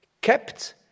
kept